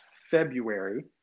February